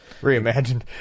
Reimagined